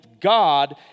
God